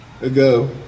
ago